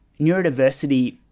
neurodiversity